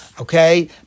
okay